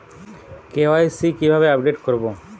KYC কিভাবে update করব?